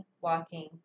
walking